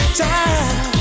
time